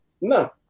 no